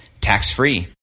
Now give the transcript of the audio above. tax-free